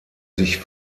sich